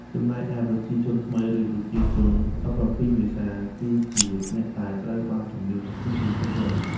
ចំណែកឯ "ប្រជាជនថ្មី" ឬ "ប្រជាជន ១៧ មេសា" គឺជាអ្នកដែលត្រូវបានជម្លៀសចេញពីទីក្រុង។